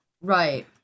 right